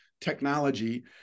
technology